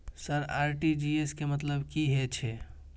Sir RTGS के मतलब की हे छे?